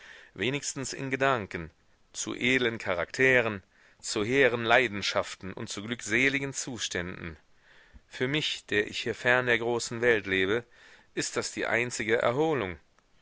wenigstens in gedanken zu edlen charakteren zu hehren leidenschaften und zu glückseligen zuständen für mich der ich hier fern der großen welt lebe ist das die einzige erholung